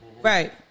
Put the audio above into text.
Right